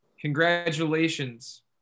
congratulations